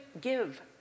give